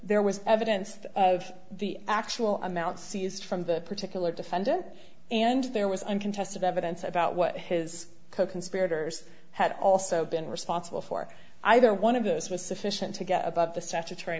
there was evidence of the actual amount seized from the particular defendant and there was uncontested evidence about what his coconspirators had also been responsible for either one of those was sufficient to get above the statutory